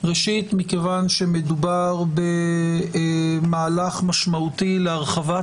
ראשית כי מדובר במהלך משמעותי להרחבת